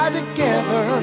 together